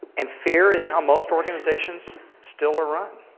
and fear is how most organizations still are run.